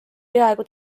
peaaegu